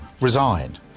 resign